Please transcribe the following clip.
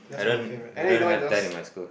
I don't I don't have that in my school